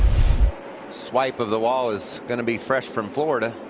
swipe of the wall is going to be fresh from florida.